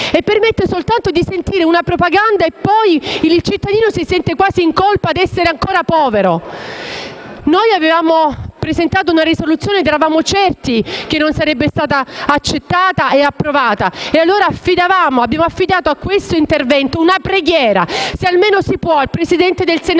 replica ma solo di sentire una propaganda e poi il cittadino si sente quasi in colpa di essere ancora povero. Noi avevamo presentato una Risoluzione che eravamo certi non sarebbe stata accettata e approvata. Abbiamo affidato a questo intervento una preghiera al Presidente del Senato